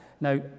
Now